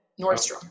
Nordstrom